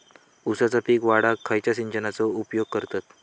ऊसाचा पीक वाढाक खयच्या सिंचनाचो उपयोग करतत?